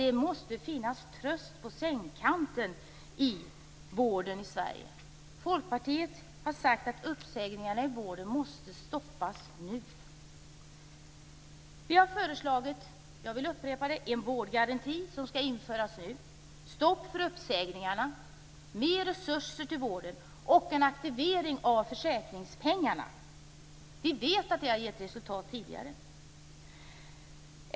Det måste finnas tröst vid sängkanten i vården i Sverige. Folkpartiet har sagt att uppsägningarna i vården måste stoppas nu. Vi har föreslagit - jag upprepar - en vårdgaranti som skall införas nu, stopp för personaluppsägningarna, mer resurser till vården och en aktivering av försäkringspengarna. Vi vet att det har gett resultat tidigare.